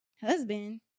husband